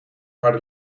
harde